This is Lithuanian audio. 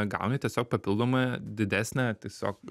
gauni tiesiog papildomai didesnę tiesiog